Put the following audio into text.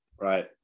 Right